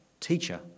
teacher